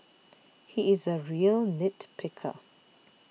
he is a real nit picker